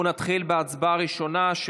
אנחנו נתחיל בהצבעה הראשונה,